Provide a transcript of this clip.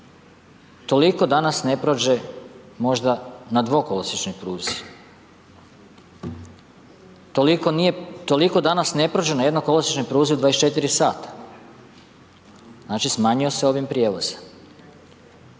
Toliko danas ne prođe možda na dvokolosiječnoj pruzi. Toliko danas ne prođe na jednokolosiječnoj pruzi u 24 sata. Znači smanjio se ovim prijevoz.